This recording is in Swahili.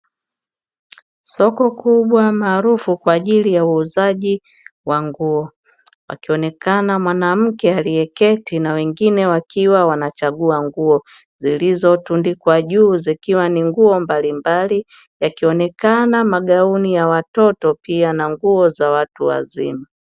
Soko kubwa maarufu kwa ajili ya uuzaji wa nguo akionekana mwanamke aliyeketi na wengine, wakiwa wanachagua nguo zilizotundikwa juu zikiwa ni nguo mbalimbali yakionekana ni magauni ya watoto na nguo za watu wazima.